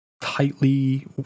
tightly